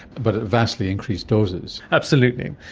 but at vastly increased doses. absolutely.